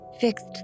fixed